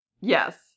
yes